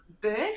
birth